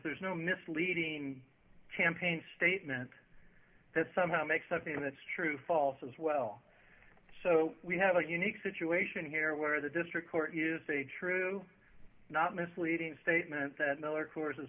there's no misleading campaign statement that somehow makes something that's true false as well so d we have a unique situation here where the district court is a true not misleading statement that miller coors